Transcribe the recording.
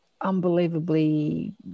unbelievably